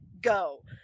go